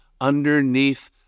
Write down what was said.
underneath